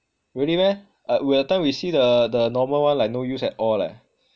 really meh uh that time we see the the normal one like no use at all leh